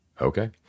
Okay